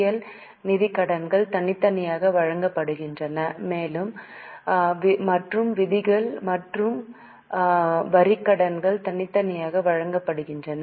L நிதிக் கடன்கள் தனித்தனியாக வழங்கப்படுகின்றன மற்றும் விதிகள் மற்றும் வரிக் கடன்கள் தனித்தனியாக வழங்கப்படுகின்றன